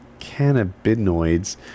cannabinoids